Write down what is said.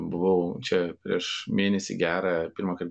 buvau čia prieš mėnesį gerą pirmąkart